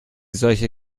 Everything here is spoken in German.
solche